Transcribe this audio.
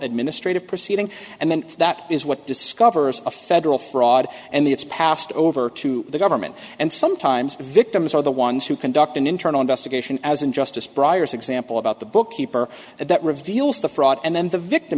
administrative proceeding and then that is what discovers a federal fraud and the it's passed over to the government and sometimes victims are the ones who conduct an internal investigation as in justice briar's example about the bookkeeper that reveals the fraud and then the victim